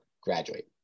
graduate